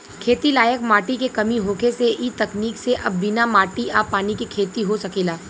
खेती लायक माटी के कमी होखे से इ तकनीक से अब बिना माटी आ पानी के खेती हो सकेला